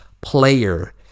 player